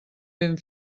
ben